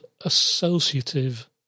associative